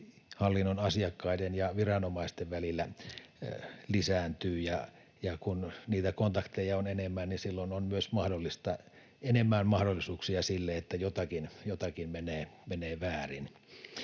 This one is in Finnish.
hallinnon asiakkaiden ja viranomaisten välillä lisääntyvät, ja kun niitä kontakteja on enemmän, silloin on myös enemmän mahdollisuuksia sille, että jotakin menee väärin.